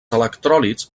electròlits